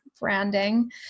branding